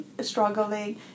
struggling